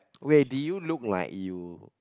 wait did you look like you